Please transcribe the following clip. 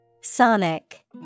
Sonic